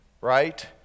right